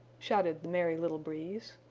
shouted the merry little breeze.